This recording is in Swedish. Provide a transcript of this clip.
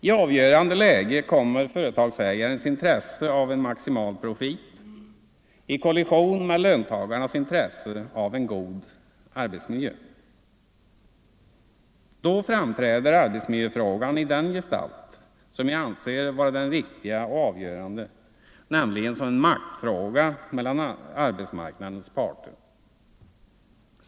I avgörande lägen kommer företagsägarens intresse av en maximal profit i kollision med lönarbetarnas intresse av en god arbetsmiljö. Då framträder arbetsmiljöfrågan i den gestalt som jag anser vara den riktiga och avgörande, nämligen som en maktfråga mellan arbetsmarknadens parter.